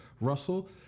Russell